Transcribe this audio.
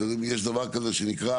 יש דבר כזה שנקרא